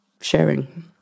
sharing